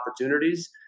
opportunities